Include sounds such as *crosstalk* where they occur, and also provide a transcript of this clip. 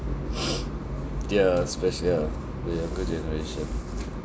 *noise* ya especially ya the younger generation